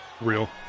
Real